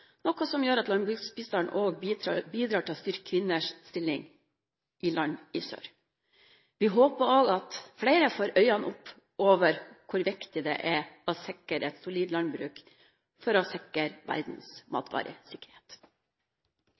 noe som gjør at landbruksbistand også bidrar til å styrke kvinners stilling i land i sør. Vi håper at også flere får øynene opp for hvor viktig det er å sikre et solid landbruk for å trygge verdens